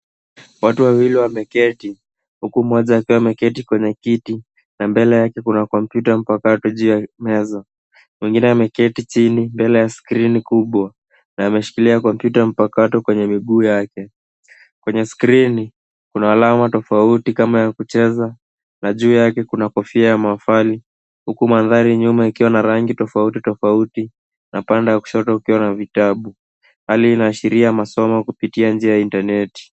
Watu wawili wameketi huku moja akiwa ameketi kwenye kiti na mbele yake Kuna komputa mpakato na chini ya meza. Mwingine ameketi chini mbele ya skrini kubwa na ameshikilia komputa mpakato kwenye miguu yake. Kwenye skrini Kuna alama kama ya kucheza na juu yake Kuna kofia ya maafali huku mandari ya nyuma ikiwa na rangi tofautitofauti na pande wa kushoto ukiwa na vitabu. Hali hii inaashiria masomo kupitia njia ya intaneti